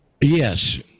yes